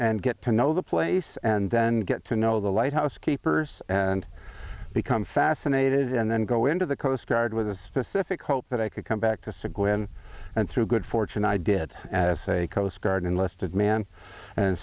and get to know the place and then get to know the lighthouse keepers and become fascinated and then go into the coast guard with a specific hope that i could come back to cygwin and through good fortune i did as a coast guard enlisted man and